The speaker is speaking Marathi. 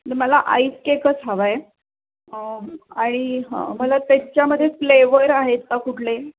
मला आईस केकच हवा आहे आणि हं मला त्याच्यामध्ये फ्लेवर आहेत का कुठले